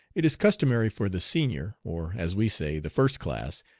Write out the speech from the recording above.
it is customary for the senior, or, as we say, the first class,